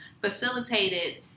facilitated